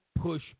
push